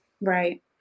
Right